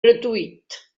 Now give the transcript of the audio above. gratuït